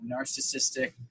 narcissistic